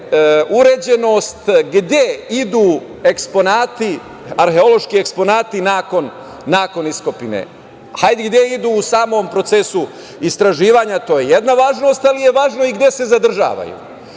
uređenost gde idu eksponati, arheološki eksponati nakon iskopine, hajde gde idu u samom procesu istraživanja, to je jednako važno, ali je važno i gde se zadržavaju. Mislim